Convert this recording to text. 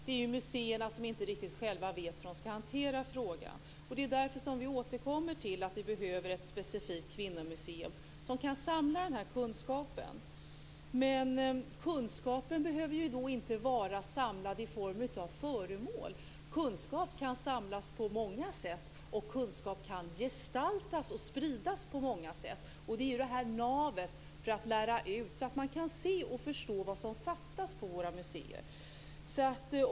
Det är ju museerna själva som inte riktigt vet hur de ska hantera frågan. Det är därför som vi återkommer till att vi behöver ett specifikt kvinnomuseum som kan samla den här kunskapen. Men kunskapen behöver inte vara samlad i form av föremål. Kunskap kan samlas på många sätt, och kunskap kan gestaltas och spridas på många sätt. Det handlar ju om det här navet och om att lära ut, så att man kan se och förstå vad som fattas på våra museer.